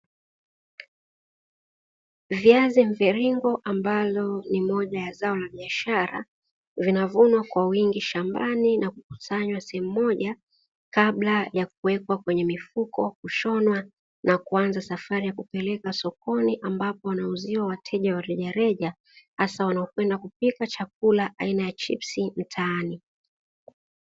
Viazi mviringo ambalo ni moja la zao la biashara, vinavyunwa kwa wingi shambani na kukusanywa sehemu moja, kabla ya kuwekwa kwenye mifuko, kushonwa na kuanza safari ya kupelekwa sokoni, ambapo wanauzia wateja wa rejareja hasa wanaopenda kupika chakula aina ya chipsi mtaani.